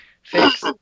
Fix